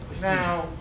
Now